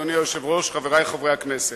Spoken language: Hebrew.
אדוני היושב-ראש, חברי חברי הכנסת,